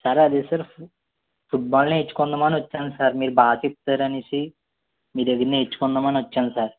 sir అదే sir ఫు football నేర్చుకుందాం అని వచ్చాను సార్ మీరు బాగా చెప్తారు అనేసి మీ దగ్గర నేర్చుకుందాం అని వచ్చాను సార్